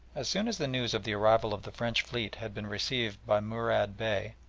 as soon as the news of the arrival of the french fleet had been received by murad bey,